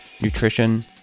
nutrition